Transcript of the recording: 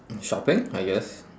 shopping I guess